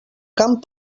camp